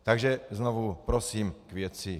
Takže znovu prosím k věci.